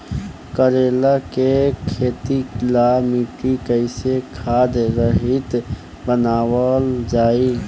करेला के खेती ला मिट्टी कइसे खाद्य रहित बनावल जाई?